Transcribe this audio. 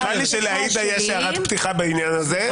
נראה לי שלעאידה יש הערת פתיחה בעניין הזה,